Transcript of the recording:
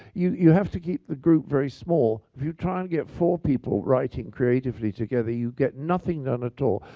you you have to keep the group very small. if you try and get four people writing creatively together, you get nothing done at all.